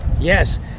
Yes